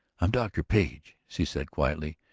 i'm dr. page, she said quietly.